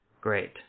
Great